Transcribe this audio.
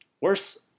Worse